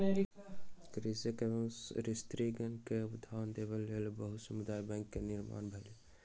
कृषक एवं स्त्रीगण के उधार देबक लेल बहुत समुदाय बैंक के निर्माण भेलै